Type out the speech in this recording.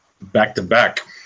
Back-to-back